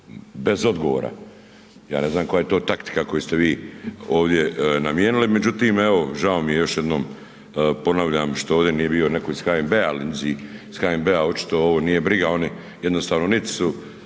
bez odgovora, ja ne znam koja je to taktika koju ste vi ovdje namijenili. Međutim, evo žao mi je još jednom, ponavljam što ovdje nije bio netko iz HNB-a, al njizi iz HNB-a očito ovo nije briga, oni jednostavno nit su